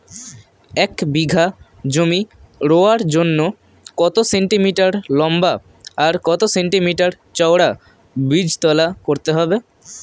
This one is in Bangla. এক বিঘা জমি রোয়ার জন্য কত সেন্টিমিটার লম্বা আর কত সেন্টিমিটার চওড়া বীজতলা করতে হবে?